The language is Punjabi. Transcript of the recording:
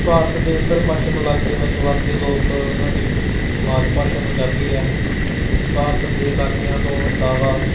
ਭਾਰਤ ਦੇ ਉੱਤਰ ਪੱਛਮ ਇਲਾਕੇ ਵਿੱਚ ਵਸਦੇ ਲੋਕ ਉਨ੍ਹਾਂ ਦੀ ਮਾਤ ਭਾਸ਼ਾ ਪੰਜਾਬੀ ਹੈ ਭਾਰਤ ਦੇ ਇਲਾਕਿਆਂ ਤੋਂ ਇਲਾਵਾ